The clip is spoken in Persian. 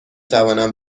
توانم